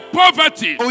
poverty